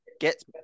get